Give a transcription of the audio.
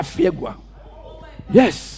Yes